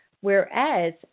Whereas